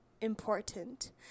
important